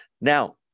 Now